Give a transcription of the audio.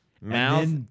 mouth